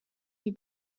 die